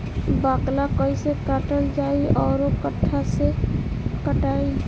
बाकला कईसे काटल जाई औरो कट्ठा से कटाई?